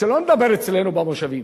שלא נדבר אצלנו במושבים.